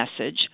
message